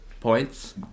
Points